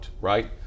right